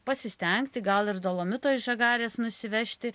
pasistengti gal ir dolomito iš žagarės nusivežti